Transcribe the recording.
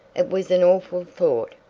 it was an awful thought!